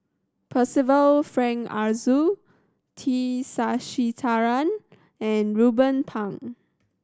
Percival Frank Aroozoo T Sasitharan and Ruben Pang